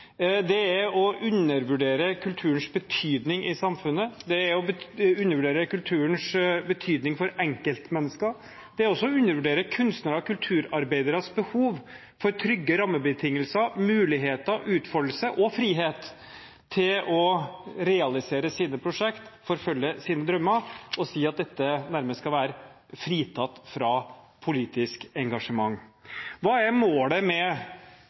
Det gjør det ikke. Det er å undervurdere kulturens betydning i samfunnet, det er å undervurdere kulturens betydning for enkeltmennesker, og det er også å undervurdere kunstnere og kulturarbeideres behov for trygge rammebetingelser, muligheter, utfoldelse og frihet til å realisere sine prosjekt og forfølge sine drømmer å si at dette nærmest skal være fritatt fra politisk engasjement. Hva er målet med